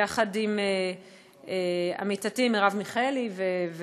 יחד עם עמיתתי מרב מיכאלי ועם